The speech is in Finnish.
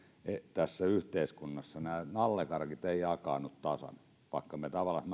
tässä yhteiskunnassa nämä nallekarkit eivät jakaannu tasan vaikka me tavallaan